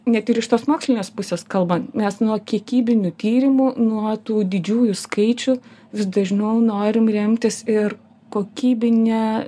net ir iš tos mokslinės pusės kalbant mes nuo kiekybinių tyrimų nuo tų didžiųjų skaičių vis dažniau norim remtis ir kokybine